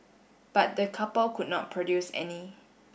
but the couple could not produce any